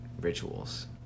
rituals